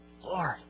Lord